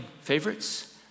favorites